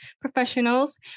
professionals